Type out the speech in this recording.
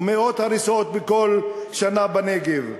ומאות הריסות בכל שנה בנגב.